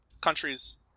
Countries